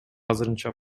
азырынча